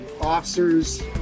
Officers